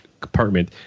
compartment